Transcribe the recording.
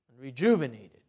rejuvenated